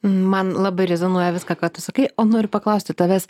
man labai rezonuoja viską ką tu sakai o noriu paklausti tavęs